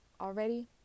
already